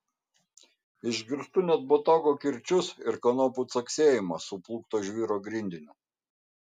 išgirstu net botago kirčius ir kanopų caksėjimą suplūkto žvyro grindiniu